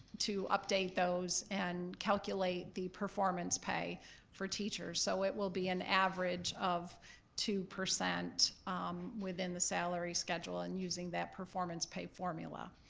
update those and calculate the performance pay for teachers. so it will be an average of two percent within the salary schedule and using that performance pay formula.